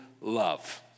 love